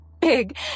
big